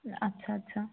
আচ্ছা আচ্ছা